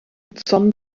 zorn